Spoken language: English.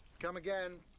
come again.